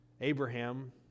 Abraham